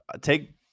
Take